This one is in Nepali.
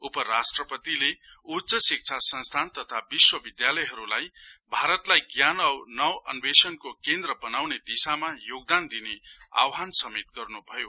उप राष्ट्रपतिले उच्च शिक्षा संस्थान तथा विश्वविधालयहरुलाई भारतलाई ज्ञान औ नवअन्वेषणको केन्द्र बनाउँने दिशामा योगदान दिने आवहान गर्नुभयो